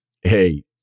hey